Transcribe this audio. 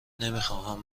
نمیخواهم